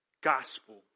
gospel